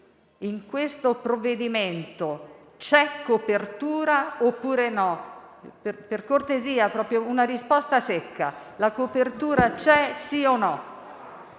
in questo provvedimento c'è copertura oppure no? Per cortesia, dia proprio una risposta secca: la copertura c'è, sì o no?